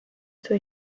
zur